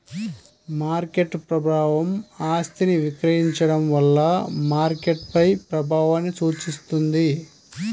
market ప్రభావం ఆస్తిని విక్రయించడం వల్ల మార్కెట్పై ప్రభావాన్ని సూచిస్తుంది